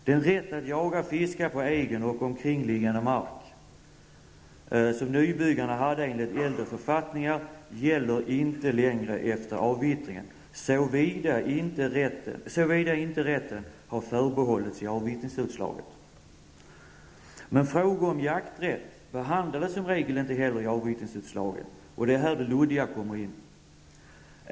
Den rätt att jaga och fiska på egen och omkringliggande mark som nybyggarna hade enligt äldre författningar gäller inte längre efter avvittringen, såvida inte rätten har förbehållits i avvittringsutslaget. Men frågor om jakträtt behandlas som regel inte i avvittringsutslaget, och det är här det luddiga kommer in.